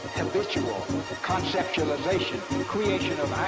habitual conceptualization creation of